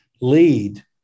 lead